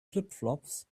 flipflops